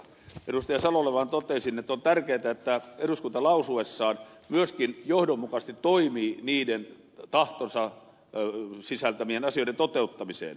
salolle vaan toteaisin että on tärkeätä että eduskunta lausuessaan myöskin johdonmukaisesti toimii niiden tahtonsa sisältävien asioiden toteuttamiseksi